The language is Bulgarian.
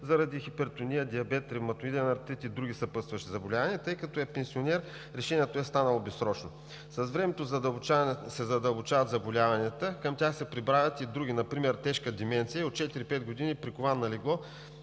заради хипертония, диабет, ревматоиден артрит и други съпътстващи заболявания, тъй като е пенсионер, решението е станало безсрочно. С времето се задълбочават заболяванията, а към тях се прибавят и други, например тежка деменция. От четири-пет години е прикован на легло